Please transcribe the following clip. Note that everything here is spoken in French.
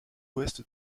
ouest